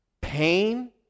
pain